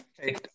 Okay